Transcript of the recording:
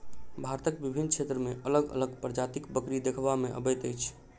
भारतक विभिन्न क्षेत्र मे अलग अलग प्रजातिक बकरी देखबा मे अबैत अछि